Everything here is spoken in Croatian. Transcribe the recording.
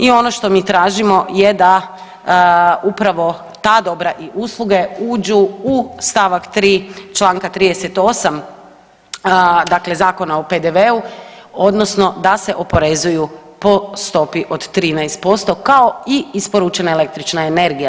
I ono što mi tražimo je da upravo ta dobra i usluge uđu u stavak 3. članka 38. dakle Zakona o PDV-u odnosno da se oporezuju po stopi od 13% kao i isporučena električna energija.